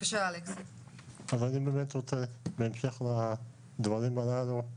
אני באמת רוצה, בהמשך לדברים הללו,